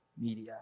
media